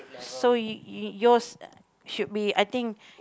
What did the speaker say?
so y~ y~ yours should be I think